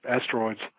asteroids